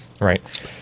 Right